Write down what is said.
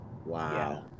Wow